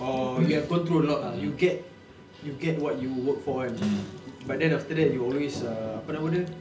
or you have control a lot ah you get you get what you work for kan but then after that you always ah apa nama dia